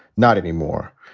not anymore.